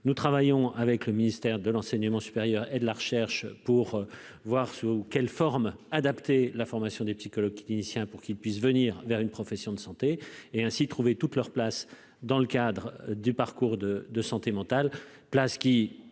nous travaillons avec le ministère de l'enseignement supérieur et de la recherche pour voir sous quelle forme, adapter la formation des psychologues cliniciens, pour qu'il puisse venir vers une profession de santé et ainsi trouver toute leur place dans le cadre du parcours de de santé mentale place qui